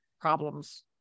problems